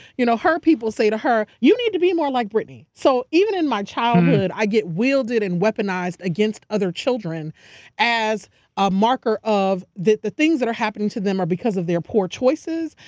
you know her people say to her, you need to be more like brittney. so even in my childhood, i get wielded and weaponized against other children as a marker of. the things that are happening to them are because of their poor choices,